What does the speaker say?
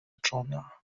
czona